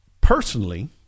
personally